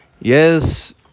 Yes